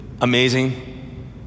amazing